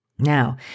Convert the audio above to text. Now